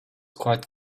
quite